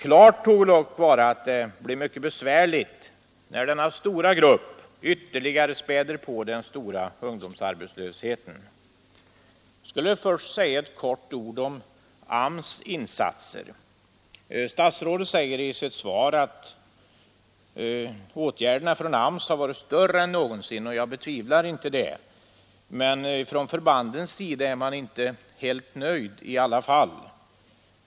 Klart torde dock vara att det blir mycket besvärligt när denna stora grupp ytterligare späder på den omfattande ungdomsarbetslösheten. Jag skall först säga några få ord om AMS:s insatser. Statsrådet framhåller i sitt svar att omfattningen av AMS:s åtgärder varit större än någonsin, och jag betvivlar inte det. Men från förbandens sida är man inte helt nöjd i alla fall.